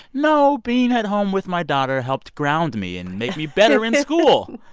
no, being at home with my daughter helped ground me and make me better in school.